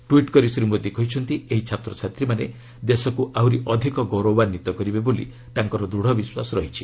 tweet କରି ଶ୍ରୀ ମୋଦି କହିଛନ୍ତି ଏହି ଛାତ୍ରଛାତ୍ରୀମାନେ ଦେଶକୁ ଆହୁରି ଅଧିକ ଗୌରବାନ୍ୱିତ କରିବେ ବୋଲି ତାଙ୍କର ଦୃଢ଼ ବିଶ୍ୱାସ ରହିଛି